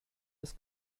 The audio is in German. des